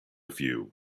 few